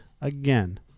again